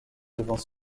devant